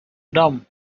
dumb